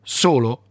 solo